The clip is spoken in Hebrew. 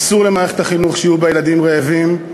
אסור למערכת החינוך שיהיו בה ילדים רעבים.